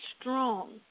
strong